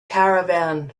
caravan